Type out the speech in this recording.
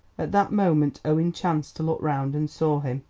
at that moment owen chanced to look round and saw him.